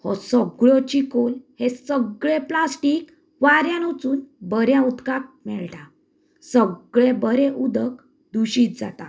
हो सगळो चिकोल हे सगळें प्लास्टीक वाऱ्यान वचून बऱ्या उदकांक मेळटा सगळें बरें उदक दुशीत जाता